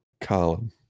column